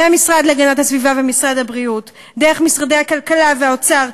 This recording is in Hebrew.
מהמשרד להגנת הסביבה ומשרד הבריאות דרך משרדי הכלכלה והאוצר,